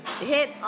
hit